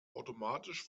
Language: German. automatisch